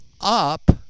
up